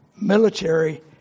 military